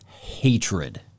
hatred